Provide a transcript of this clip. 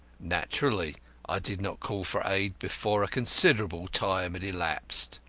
naturally i did not call for aid before a considerable time had elapsed.